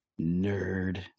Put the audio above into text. nerd